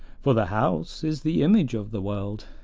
for the house is the image of the world,